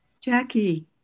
Jackie